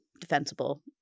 defensible